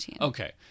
Okay